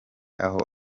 aho